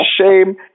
shame